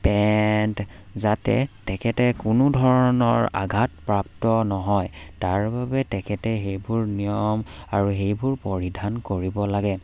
pant যাতে তেখেতে কোনো ধৰণৰ আঘাত প্ৰাপ্ত নহয় তাৰ বাবে তেখেতে সেইবোৰ নিয়ম আৰু সেইবোৰ পৰিধান কৰিব লাগে